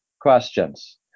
questions